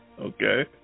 Okay